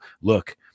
look